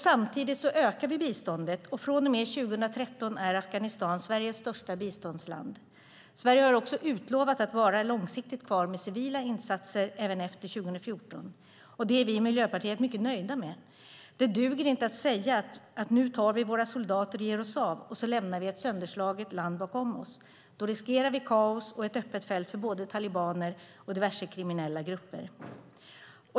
Samtidigt ökar vi biståndet, och från och med 2013 är Afghanistan Sveriges största biståndsland. Sverige har också utlovat att vara långsiktigt kvar med civila insatser även efter 2014. Det är vi i Miljöpartiet mycket nöjda med. Det duger inte att säga att nu tar vi våra soldater och ger oss av, och så lämnar vi ett sönderslaget land bakom oss. Då riskerar vi kaos och ett öppet fält för både talibaner och diverse kriminella grupper.